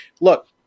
look